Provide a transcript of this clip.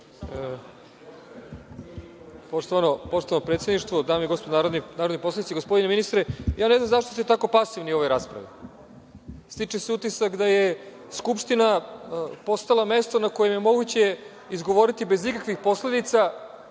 Poštovano predsedništvo, dame i gospodo narodni poslanici, gospodine ministre, ne znam zašto ste tako pasivni u ovoj raspravi. Stiče se utisak da je Skupština postala mesto na kome je moguće izgovoriti bez ikakvih posledica